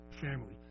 family